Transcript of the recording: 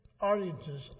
audiences